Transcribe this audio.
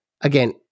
again